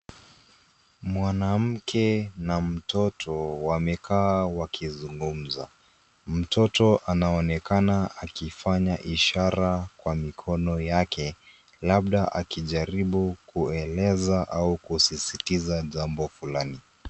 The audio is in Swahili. Mwanamke na mtoto wamekaa wakizugumza. Mtoto anaonekana akifanya ishara kqa mikono yake labda akijaribu kueleza au kusisitiza jambo fulani.